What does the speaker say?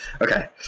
Okay